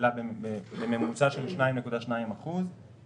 עלה בממוצע ב-2.2%;